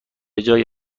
جای